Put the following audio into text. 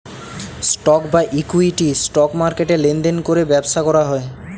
stock বা equity, stock মার্কেটে লেনদেন করে ব্যবসা করা হয়